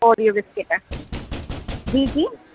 Oreo biscuit जी जी